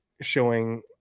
showing